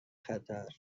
خطر